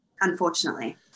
unfortunately